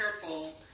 careful